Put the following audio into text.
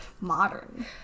Modern